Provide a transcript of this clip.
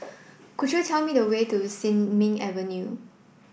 could you tell me the way to Sin Ming Avenue